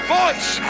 voice